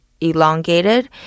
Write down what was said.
elongated